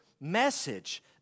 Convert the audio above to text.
message